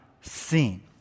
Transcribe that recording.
seen